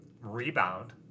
rebound